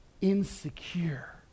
insecure